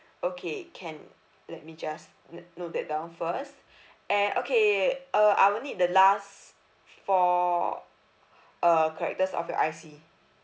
okay can let me just no~ note that down first and okay uh I will need the last four uh characters of your I_C